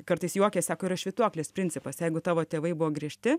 kartais juokias sako yra švytuoklės principas jeigu tavo tėvai buvo griežti